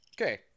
Okay